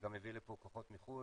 וגם מביא לפה כוחות מחו"ל.